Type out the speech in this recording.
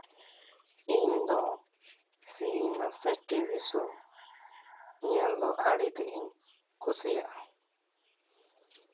ᱤᱧ ᱫᱚ ᱥᱤᱱᱮᱢᱟ ᱥᱮ ᱴᱤᱵᱤ ᱥᱳ ᱧᱮᱞ ᱫᱚ ᱟᱹᱰᱤ ᱛᱮᱫ ᱜᱤᱧ ᱠᱩᱥᱤᱭᱟᱜᱼᱟ